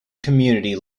community